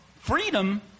Freedom